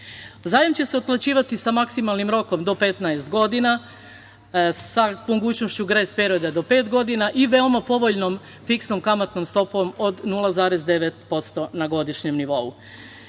Zajam će se otplaćivati sa maksimalnim rokom do 15 godina, sa mogućnošću grejs perioda do pet godina i veoma povoljnom fiksnom kamatnom stopom od 0,9% na godišnjem nivou.